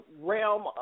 realm